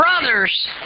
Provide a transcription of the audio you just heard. brothers